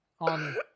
on